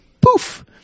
poof